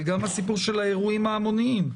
אבל גם הסיפור של האירועים ההמוניים,